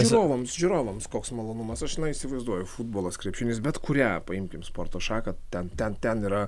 žiūrovams žiūrovams koks malonumas aš na įsivaizduoju futbolas krepšinis bet kurią paimkim sporto šaką ten ten ten yra